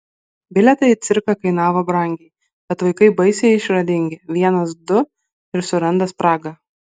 bilietai į cirką kainavo brangiai bet vaikai baisiai išradingi vienas du ir suranda spragą